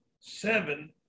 seven